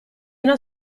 una